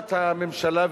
לעומת הממשלה,